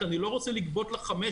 כי אני לא רוצה לגבות לה חמש,